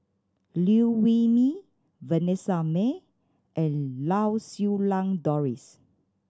Liew Wee Mee Vanessa Mae and Lau Siew Lang Doris